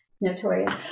Notorious